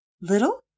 Little